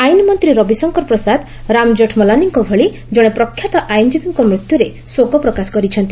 ଆଇନ ମନ୍ତ୍ରୀ ରବିଶଙ୍କର ପ୍ରସାଦ ରାମ୍ ଜେଠ୍ମଲାନୀଙ୍କ ଭଳି ଜଣେ ପ୍ରଖ୍ୟାତ ଆଇନଜୀବୀଙ୍କ ମୃତ୍ୟୁରେ ଶୋକ ପ୍ରକାଶ କରିଛନ୍ତି